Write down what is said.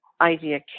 idea